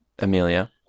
Amelia